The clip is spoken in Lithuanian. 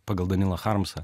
pagal danilą harmsą